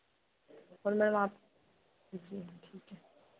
और मैम आप जी ठीक है